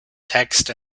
text